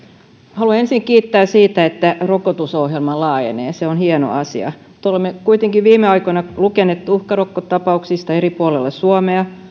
haluan ensin kiittää siitä että rokotusohjelma laajenee se on hieno asia mutta olemme kuitenkin viime aikoina lukeneet tuhkarokkotapauksista eri puolilla suomea